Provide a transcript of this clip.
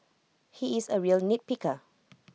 he is A real nitpicker